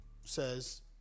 says